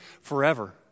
forever